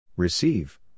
Receive